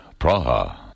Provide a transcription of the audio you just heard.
Praha